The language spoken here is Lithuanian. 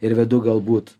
ir vedu galbūt